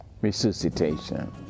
resuscitation